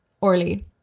Orly